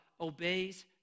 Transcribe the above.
obeys